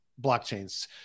blockchains